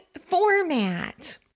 format